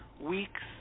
weeks